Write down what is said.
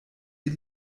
ihr